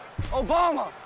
Obama